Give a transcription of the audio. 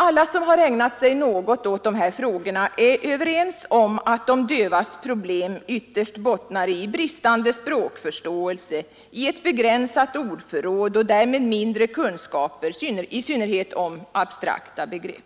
Alla som ägnat sig något åt de här frågorna är överens om att de dövas problem ytterst bottnar i bristande språkförståelse, i ett begränsat ordförråd och därmed mindre kunskaper, i synnerhet om abstrakta begrepp.